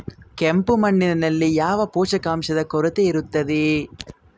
ಕೆಂಪು ಮಣ್ಣಿನಲ್ಲಿ ಯಾವ ಪೋಷಕಾಂಶದ ಕೊರತೆ ಇರುತ್ತದೆ?